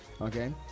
okay